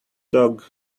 dog